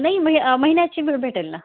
नाही महि महिन्याची मी भेटेल ना